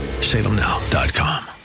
salemnow.com